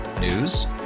News